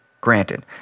Granted